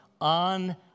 on